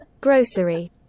Grocery